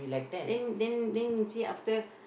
then then then you see after